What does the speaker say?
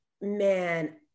man